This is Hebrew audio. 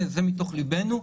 זה מתוך ליבנו.